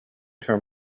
term